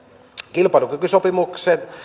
kilpailukykysopimuksen